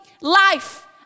life